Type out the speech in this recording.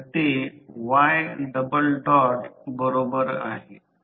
तर I c I0 I c j I m